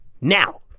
now